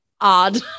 odd